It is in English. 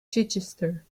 chichester